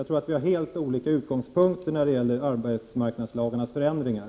Jag tror att vi har helt olika utgångspunkter när det gäller arbetsmarknadslagarnas förändringar.